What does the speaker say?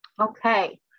Okay